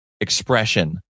expression